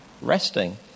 resting